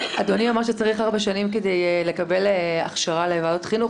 אדוני אומר שצריך ארבע שנים כדי לקבל הכשרה לוועדות חינוך,